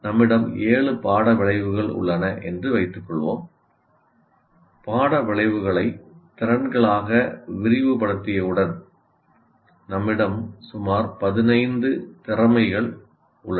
நம்மிடம் 7 பாட விளைவுகள் உள்ளன என்று வைத்துக் கொள்வோம் பாட விளைவுகளை திறன்களாக விரிவுபடுத்தியவுடன் சொல்லலாம் நம்மிடம் சுமார் 15 திறமைகள் உள்ளன